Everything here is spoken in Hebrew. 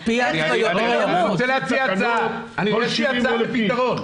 יש לי הצעה לפתרון.